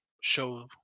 show